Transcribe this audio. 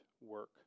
work